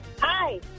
Hi